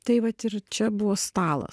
tai vat ir čia buvo stalas